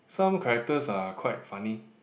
some characters are quite funny